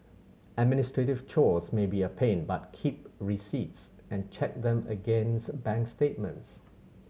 administrative chores may be a pain but keep receipts and check them against bank statements